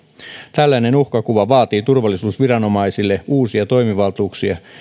tällainen uhkakuva vaatii turvallisuusviranomaisille uusia toimivaltuuksia